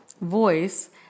voice